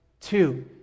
Two